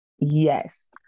Yes